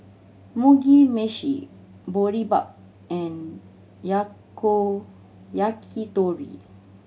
Mugi Meshi Boribap and Yakitori